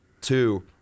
two